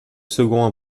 second